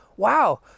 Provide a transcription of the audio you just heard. wow